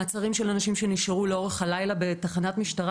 מעצרים של אנשים שנשארו לאורך הלילה בתחנת משטרה